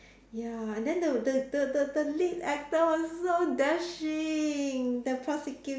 ya and then the the the the lead actor was so dashing the prosecutor